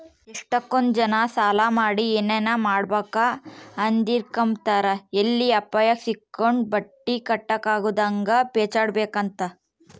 ಎಷ್ಟಕೊಂದ್ ಜನ ಸಾಲ ಮಾಡಿ ಏನನ ಮಾಡಾಕ ಹದಿರ್ಕೆಂಬ್ತಾರ ಎಲ್ಲಿ ಅಪಾಯುಕ್ ಸಿಕ್ಕಂಡು ಬಟ್ಟಿ ಕಟ್ಟಕಾಗುದಂಗ ಪೇಚಾಡ್ಬೇಕಾತ್ತಂತ